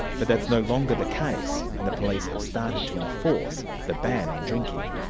but that's no longer the case, and the police have started to enforce the ban on drinking.